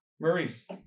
Maurice